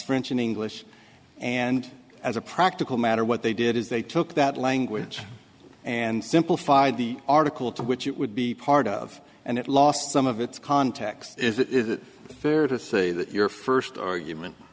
french in english and as a practical matter what they did is they took that language and simplified the article to which it would be part of and it lost some of its context is it fair to say that your first argument